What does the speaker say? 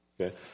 Okay